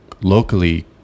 locally